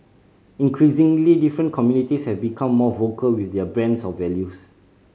increasingly different communities have become more vocal with their brand of values